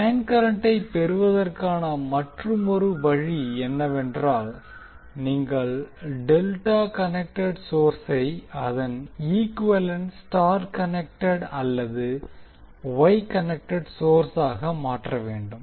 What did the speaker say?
line கரண்டை பெறுவதற்கான மற்றுமொரு வழி என்னவென்றால் நீங்கள் டெல்டா கனெக்டெட் சோர்ஸை அதன் ஈக்குவேலன்ட் ஸ்டார் கனெக்டெட் அல்லது வொய் கனெக்டெட் சோர்ஸாக மாற்ற வேண்டும்